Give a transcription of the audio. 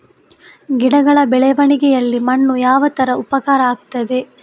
ಗಿಡಗಳ ಬೆಳವಣಿಗೆಯಲ್ಲಿ ಮಣ್ಣು ಯಾವ ತರ ಉಪಕಾರ ಆಗ್ತದೆ?